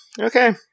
Okay